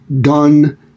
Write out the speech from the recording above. Done